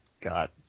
got